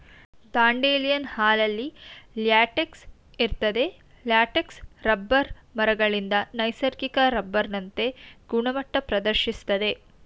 dandelion ಹಾಲಲ್ಲಿ latex ಇರ್ತದೆ latex rubber ಮರಗಳಿಂದ ನೈಸರ್ಗಿಕ ರಬ್ಬರ್ನಂತೆ ಗುಣಮಟ್ಟ ಪ್ರದರ್ಶಿಸ್ತದೆ